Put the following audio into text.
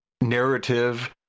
narrative